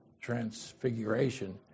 transfiguration